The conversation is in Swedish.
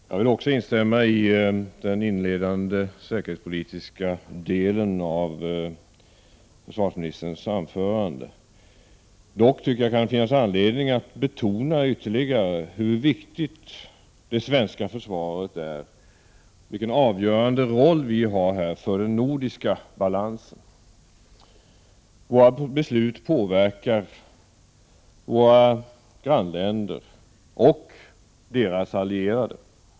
Herr talman! Också jag vill instämma i den inledande säkerhetspolitiska delen av försvarsministerns anförande. Dock tycker jag det kan finnas anledning att ytterligare betona hur viktigt det svenska försvaret är och vilken avgörande roll det har för den nordiska balansen. Våra beslut påverkar våra grannländer och deras allierade.